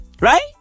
Right